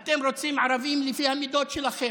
אתם רוצים ערבים לפי המידות שלכם,